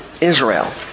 Israel